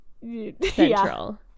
central